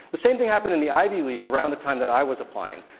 the same thing happened in the ivy league around the time that i was applying.